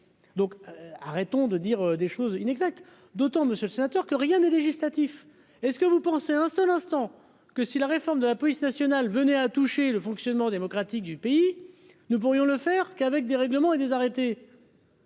donc arrêtons de dire des choses inexactes, d'autant, monsieur le sénateur que rien n'est législatif est-ce que vous pensez un seul instant que si la réforme de la police nationale venait à toucher le fonctionnement démocratique du pays, nous pourrions le faire qu'avec des règlements et des arrêtés.